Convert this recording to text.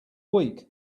week